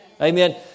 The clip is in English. Amen